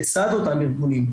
לצד אותם ארגונים,